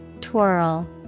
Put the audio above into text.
Twirl